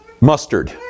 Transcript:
mustard